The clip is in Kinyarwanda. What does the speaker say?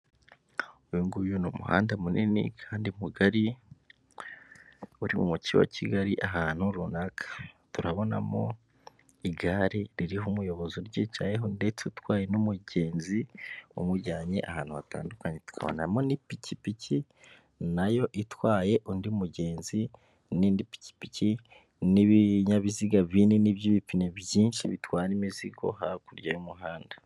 Uyu nguyu umuhanda munini kandi mugari uri mu mujyi wa Kigali ahantu runaka turabonamo igare ririho umuyobozi uryicayeho ndetse utwaye n'umugenzi umujyanye ahantu hatandukanye, tukabonamo n'ipikipiki nayo itwaye undi mugenzi n'indi pikipiki n'ibinyabiziga bine by'ibipine byinshi bitwara imizigo hakurya y'umuhanda.